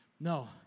No